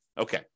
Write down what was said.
Okay